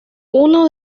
uno